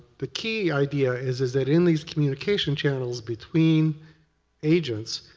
the key idea is is that in these communication channels between agents,